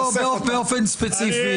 לא באופן ספציפי,